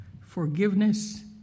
forgiveness